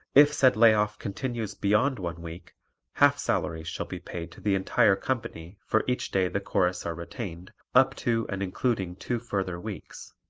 if said lay-off continues beyond one week half salaries shall be paid to the entire company for each day the chorus are retained up to and including two further weeks.